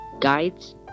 Guides